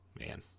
man